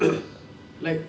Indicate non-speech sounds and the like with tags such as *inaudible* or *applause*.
*coughs* like